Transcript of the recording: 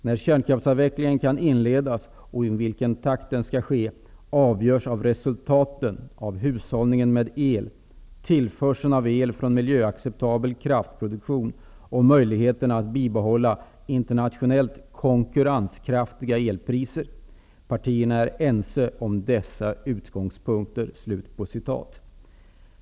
När kärnkraftsavvecklingen kan inledas och i vilken takt den kan ske avgörs av resultaten av hushållningen med el, tillförseln av el från miljöacceptabel kraftproduktion och möjligheterna att bibehålla internationellt konkurrenskraftiga elpriser. Partierna är ense om dessa utgångspunkter.''